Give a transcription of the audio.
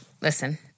Listen